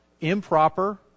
improper